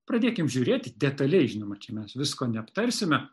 pradėkim žiūrėti detaliai žinoma čia mes visko neaptarsime